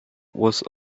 was